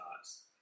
thoughts